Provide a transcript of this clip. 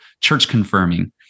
church-confirming